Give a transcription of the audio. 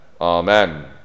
Amen